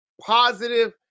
positive